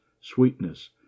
sweetness